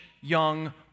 young